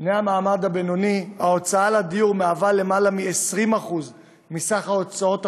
בני המעמד הבינוני ההוצאה על דיור היא יותר מ-20% מסך ההוצאות החודשיות,